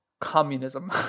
communism